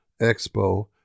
Expo